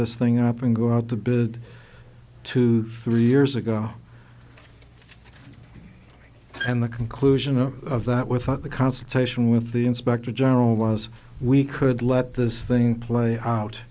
this thing up and go out to build two three years ago and the conclusion of that without the consultation with the inspector general was we could let this thing play out